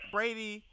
Brady